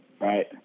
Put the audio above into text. right